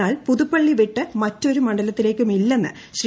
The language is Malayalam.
എന്നാൽ പുതുപ്പള്ളി വിട്ട് മറ്റൊരു മണ്ഡലത്തിലേക്കുമില്ലെന്ന് ശ്രീ